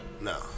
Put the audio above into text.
No